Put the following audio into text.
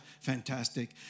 fantastic